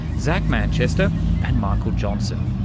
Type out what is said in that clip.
zac manchester and michael johnson.